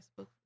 Facebook